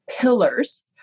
pillars